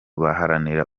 baharanira